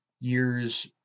years